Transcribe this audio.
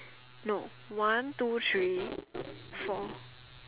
no one two three four